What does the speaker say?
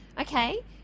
Okay